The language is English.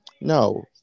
No